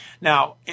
Now